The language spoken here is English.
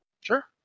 Sure